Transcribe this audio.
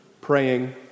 praying